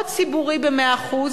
או ציבורי במאה אחוז,